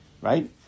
Right